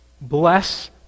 bless